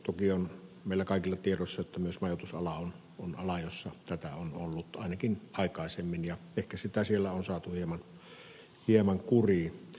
toki on meillä kaikilla tiedossa että myös majoitusala on ala jossa tätä on ollut ainakin aikaisemmin ja ehkä sitä siellä on saatu hieman kuriin